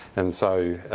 and so,